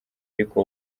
ariko